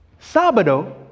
sabado